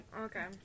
Okay